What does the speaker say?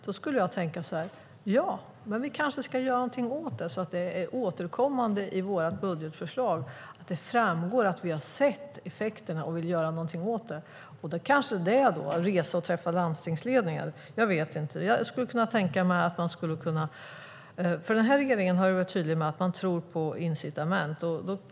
Då skulle man i regeringen kunna tänka så här: Ja, vi kanske ska göra någonting åt det, så att det i vårt budgetförslag återkommande framgår att vi sett effekterna och vill göra någonting. Det kanske är att resa och träffa landstingsledningar; jag vet inte. Den här regeringen har varit tydlig med att den tror på incitament.